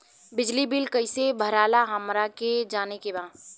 बिजली बिल कईसे भराला हमरा के जाने के बा?